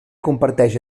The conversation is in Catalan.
comparteix